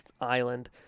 island